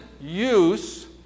use